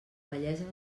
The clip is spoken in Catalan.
bellesa